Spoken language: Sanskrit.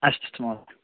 अस्तु भवतु